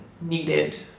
needed